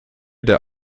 der